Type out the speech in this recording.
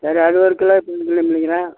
சரி அது ஒரு கிலோ சுத்தம் பண்ணி வைக்கிறேன்